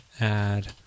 add